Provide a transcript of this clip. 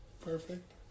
Perfect